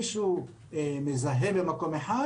מישהו מזהם במקום אחד,